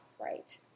right